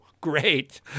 great